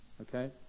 Okay